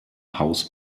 haus